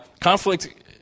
Conflict